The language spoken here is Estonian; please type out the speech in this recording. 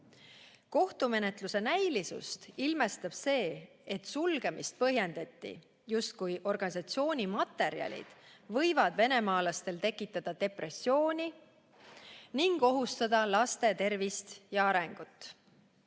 Kohtumenetluse näilisust ilmestab see, et sulgemist põhjendati sellega, justkui võiksid organisatsiooni materjalid tekitada venemaalastes depressiooni ning ohustada laste tervist ja arengut.